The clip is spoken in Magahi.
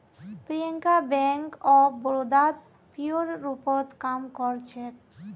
प्रियंका बैंक ऑफ बड़ौदात पीओर रूपत काम कर छेक